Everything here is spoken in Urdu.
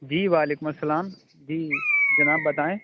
جی وعلیکم السّلام جی جناب بتائیں